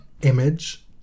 image